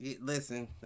listen